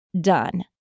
done